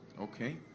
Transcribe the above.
okay